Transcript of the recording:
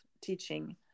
teaching